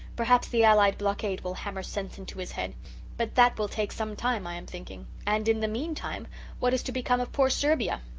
perhaps the allied blockade will hammer sense into his head but that will take some time i am thinking, and in the meantime what is to become of poor serbia?